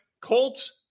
Colts